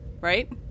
right